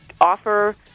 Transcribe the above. offer